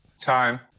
Time